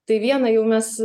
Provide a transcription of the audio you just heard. tai vieną jau mes